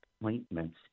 appointments